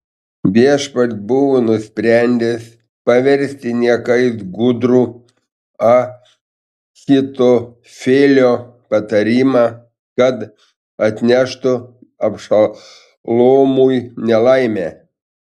viešpats buvo nusprendęs paversti niekais gudrų ahitofelio patarimą kad atneštų abšalomui nelaimę